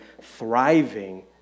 thriving